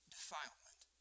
Defilement